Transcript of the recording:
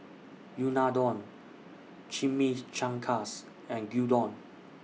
Unadon Chimichangas and Gyudon